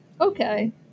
Okay